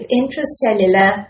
intracellular